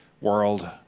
world